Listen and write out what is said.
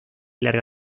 larga